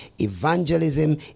Evangelism